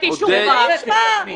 אתם עדיין לא --- בשפה הגסה שלך.